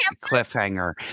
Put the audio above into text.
cliffhanger